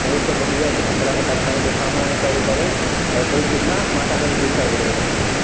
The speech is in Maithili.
सहीसँ पहुँच जाइ कोनो तरहके कठिनाइके सामना नहि करै पड़ै आओर ओइ पीछाँ माथा कनी डिस्टरबो रहै छथि